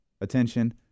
attention